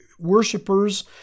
Worshippers